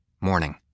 morning